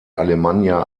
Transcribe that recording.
alemannia